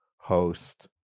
host